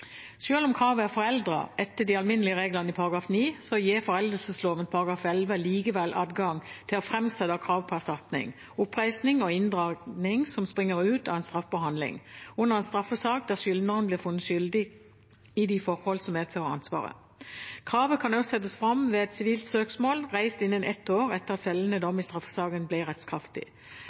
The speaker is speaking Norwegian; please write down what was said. om kravet er foreldet etter de alminnelige reglene i § 9, gir foreldelsesloven § 11 likevel adgang til å framsette krav på erstatning, oppreisning og inndragning som springer ut av en straffbar handling under en straffesak, der skyldneren blir funnet skyldig i de forhold som medfører ansvaret. Kravet kan også settes fram ved et sivilt søksmål reist innen ett år etter at fellende dom i straffesaken ble rettskraftig,